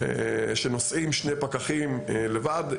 שנוסעים שני פקחים לבד,